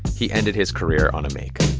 he ended his career on a make